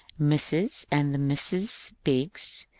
mrs. and the misses biggs,